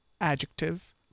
adjective